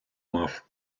мав